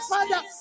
Father